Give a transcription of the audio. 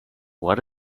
what